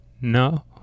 no